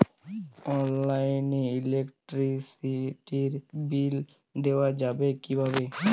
অনলাইনে ইলেকট্রিসিটির বিল দেওয়া যাবে কিভাবে?